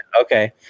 Okay